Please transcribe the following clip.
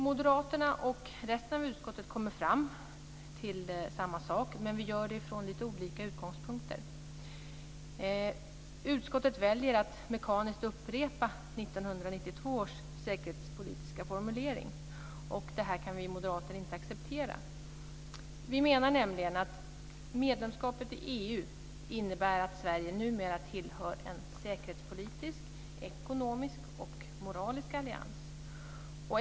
Moderaterna och resten av utskottet har kommit fram till samma sak, men vi har gjort det från lite olika utgångspunkter. Utskottet väljer att mekaniskt upprepa 1992 års säkerhetspolitiska formulering, och det kan vi moderater inte acceptera. Vi menar nämligen att medlemskapet i EU innebär att Sverige numera tillhör en säkerhetspolitisk, ekonomisk och moralisk allians.